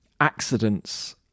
accidents